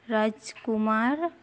Rajkumar